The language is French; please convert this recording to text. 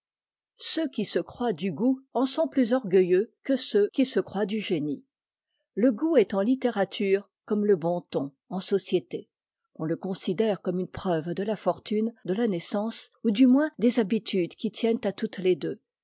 ceux qui se croient du goût en sont plus orgueil leux que ceux qui se croient du génie le goût est en httérature comme le bon ton en société on le considère comme une preuve de la fortune de la naissance ou du moins des habitudes qui tiennent à toutes les deux